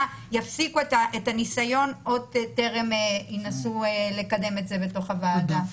יפסיקו את הניסיון עוד טרם ינסו לקדם את זה בתוך הוועדה.